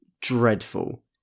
dreadful